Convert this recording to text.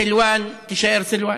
סלוואן תישאר סלוואן.